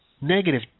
negative